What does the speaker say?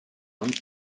nun